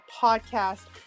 Podcast